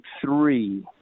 three